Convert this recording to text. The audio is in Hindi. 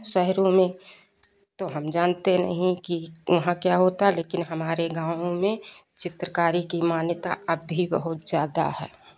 शहरों में तो हम जानते नहीं कि वहां क्या होता लेकिन हमारे गांव में चित्रकारी की मान्यता अब भी बहुत ज़्यादा है